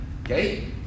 okay